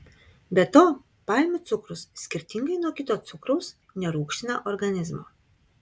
be to palmių cukrus skirtingai nuo kito cukraus nerūgština organizmo